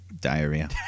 diarrhea